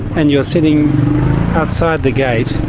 and you're sitting outside the gate,